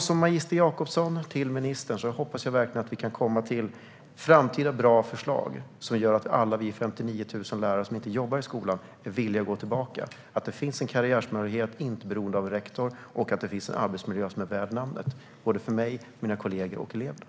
Som magister Jakobsson säger jag till ministern att jag verkligen hoppas att vi kan komma fram till framtida bra förslag som gör att alla vi 59 000 lärare som inte jobbar i skolan är villiga att gå tillbaka, att det finns en karriärmöjlighet som inte är beroende av rektor och att det är en arbetsmiljö som är värd namnet för såväl mig och mina kollegor som eleverna.